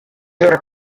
heures